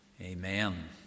Amen